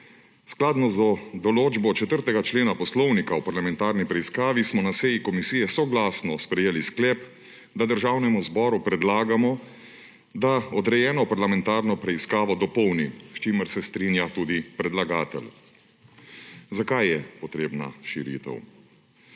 Skladno z določbo 4. člena Poslovnika o parlamentarni preiskavi smo na seji komisije soglasno sprejeli sklep, da Državnemu zboru predlagamo, da odrejeno parlamentarno preiskavo dopolni, s čimer se strija tudi predlagatelj. Zakaj je potrebna širitev?